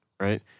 Right